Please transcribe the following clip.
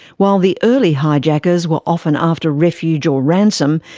while the early hijackers were often after refuge or ransom,